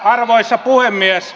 arvoisa puhemies